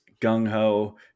gung-ho